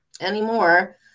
anymore